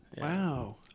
Wow